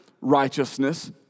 righteousness